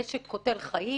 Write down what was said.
נשק קוטל חיים,